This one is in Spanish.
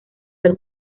del